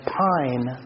pine